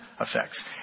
effects